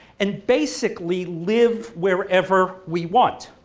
and basically live wherever we want.